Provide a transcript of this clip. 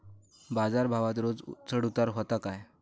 बाजार भावात रोज चढउतार व्हता काय?